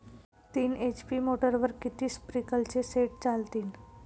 तीन एच.पी मोटरवर किती स्प्रिंकलरचे सेट चालतीन?